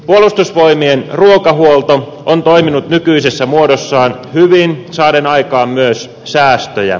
puolustusvoimien ruokahuolto on toiminut nykyisessä muodossaan hyvin saaden aikaan myös säästöjä